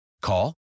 Call